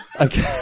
Okay